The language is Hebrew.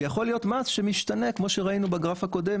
ויכול להיות גם מס משתנה כמו שראינו בגרף הקודם